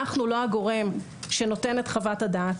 אנחנו לא הגורם שנותן את חוות הדעת,